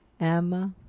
Emma